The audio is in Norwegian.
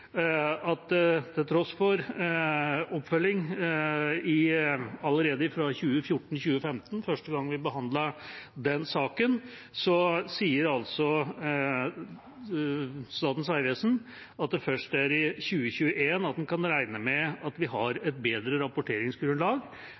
til tross for oppfølging allerede fra 2014–2015, første gang vi behandlet den saken, sier Statens vegvesen at en først i 2021 kan regne med å ha et bedre rapporteringsgrunnlag enn det som er tilfellet i